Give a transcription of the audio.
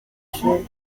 everyone